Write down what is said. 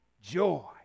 joy